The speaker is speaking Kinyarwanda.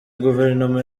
guverinoma